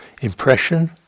impression